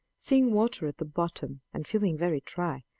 seeing water at the bottom and feeling very dry,